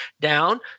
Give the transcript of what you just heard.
down